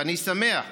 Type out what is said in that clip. ואני שמח גם,